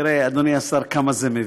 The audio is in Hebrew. תראה, אדוני השר, כמה זה מביך.